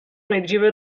nejdříve